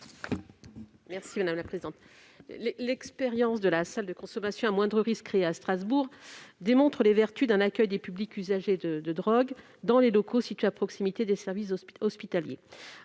est à Mme la rapporteure. L'expérience de la salle de consommation à moindre risque (SCMR) de Strasbourg montre les vertus d'un accueil des publics usagers de drogues dans des locaux situés aux abords des services hospitaliers.